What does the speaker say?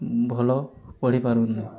ଭଲ ପଢ଼ି ପାରୁନୁ